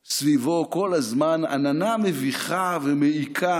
סביבו כל הזמן עננה מביכה ומעיקה